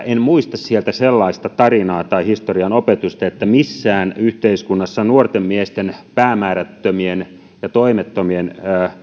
en muista sieltä graduntekoajoilta sellaista tarinaa tai historian opetusta että missään yhteiskunnassa päämäärättömien ja toimettomien